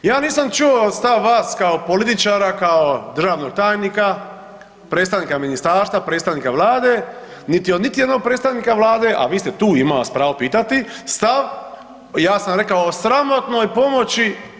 Ja nisam čuo stav vas kao političara, kao državnog tajnika, predstavnika ministarstva, predstavnika Vlade niti od niti jednog predstavnika Vlade a vi ste tu, imam vas pravo pitati stav ja sam rekao o sramotnoj pomoći.